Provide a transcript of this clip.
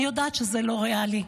אני יודעת שזה לא ריאלי.